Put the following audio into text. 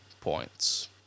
points